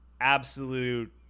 absolute